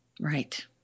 Right